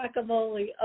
guacamole